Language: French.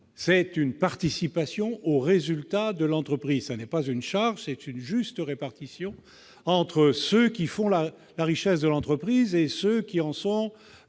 C'est une participation aux résultats de l'entreprise, ce n'est pas une charge ! Il s'agit d'une juste répartition entre ceux qui font la richesse de l'entreprise et ceux qui en sont,